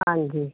ਹਾਂਜੀ